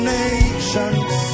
nations